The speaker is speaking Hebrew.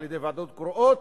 על-ידי ועדות קרואות